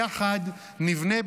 יחד נבנה,